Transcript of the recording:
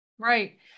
Right